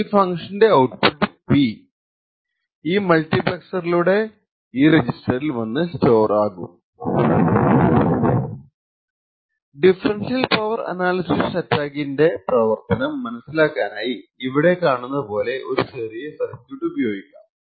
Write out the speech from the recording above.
ഈ ഫങ്ക്ഷന്റെ output P ഈ മൾട്ടിപ്ലെക്സറി ലൂടെ വന്നു ഈ രെജിസ്റ്ററിൽ സ്റ്റോർ ആകും ഡിഫ്റൻഷ്യൽ പവർ അനാലിസിസ് അറ്റാക്കിന്റെ പ്രവർത്തനം മനസ്സിലാക്കാനായി ഇവിടെ കാണുന്നപോലത്തെ ഒരു ചെറിയ സർക്യൂട്ട് എടുക്കാം